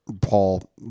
Paul